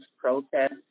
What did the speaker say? protests